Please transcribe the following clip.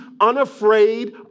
unafraid